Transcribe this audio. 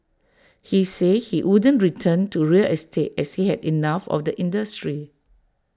he said he wouldn't return to real estate as he had enough of the industry